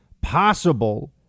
possible